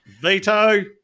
Veto